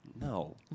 No